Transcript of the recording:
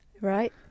Right